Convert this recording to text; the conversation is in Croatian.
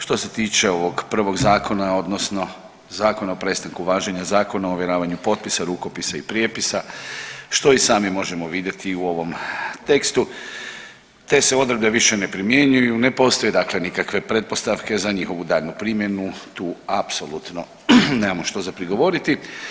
Što se tiče ovog prvog zakona odnosno Zakona o prestanku važenja Zakona o ovjeravanju potpisa, rukopisa i prijepisa što i sami možemo vidjeti u ovom tekstu te se odredbe više ne primjenjuju, ne postoje nikakve pretpostavke za njihovu daljnju primjenu, tu apsolutno nemamo što za prigovoriti.